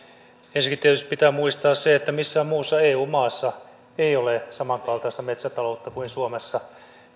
tietysti pitää muistaa se että missään muussa eu maassa ei ole samankaltaista metsätaloutta kuin suomessa